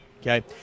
Okay